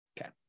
Okay